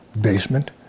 basement